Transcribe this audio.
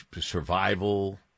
survival